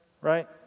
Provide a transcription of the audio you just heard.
right